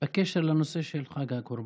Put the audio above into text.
בקשר לנושא של חג הקורבן,